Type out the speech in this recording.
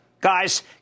Guys